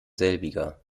selbiger